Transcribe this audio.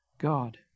God